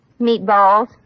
Meatballs